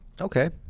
Okay